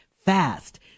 fast